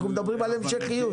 אנחנו מדברים על המשכיות.